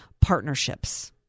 partnerships